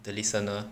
the listener